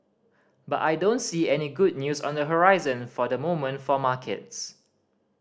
but I don't see any good news on the horizon for the moment for markets